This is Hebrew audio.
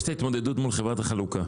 יש ההתמודדות מול חברת החלוקה,